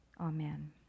Amen